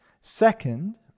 Second